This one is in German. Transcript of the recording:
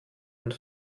und